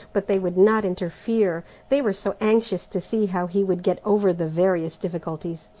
but they would not interfere, they were so anxious to see how he would get over the various difficulties.